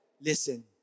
Listen